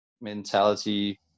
mentality